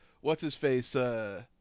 what's-his-face